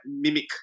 mimic